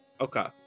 Okay